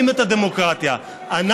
ועוד דברים חשובים ויפים שמתלווים לדמוקרטיה.